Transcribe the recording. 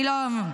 אני לא,